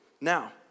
Now